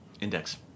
index